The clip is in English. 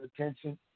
attention